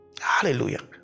Hallelujah